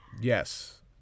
Yes